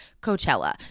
Coachella